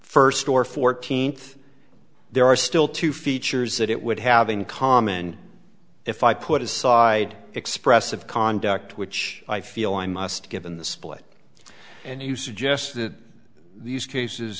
first or fourteenth there are still two features that it would have in common if i put aside expressive conduct which i feel i must give in the split and you suggest that these cases